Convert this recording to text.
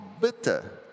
bitter